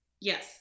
Yes